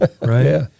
right